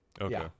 Okay